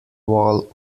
wall